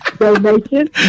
donation